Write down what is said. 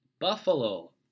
Buffalo